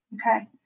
Okay